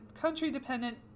country-dependent